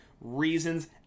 reasons